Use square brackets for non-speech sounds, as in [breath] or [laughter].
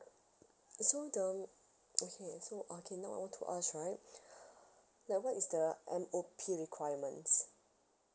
so the [noise] okay so okay now I want to ask right [breath] like what is the M_O_P requirements